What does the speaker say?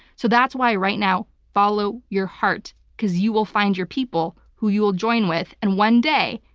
so that's why right now follow your heart because you will find your people who you will join with and one day,